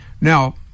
Now